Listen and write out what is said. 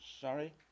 Sorry